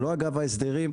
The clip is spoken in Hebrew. שלא אגב ההסדרים.